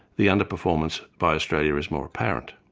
the underperformance by australia is more apparent.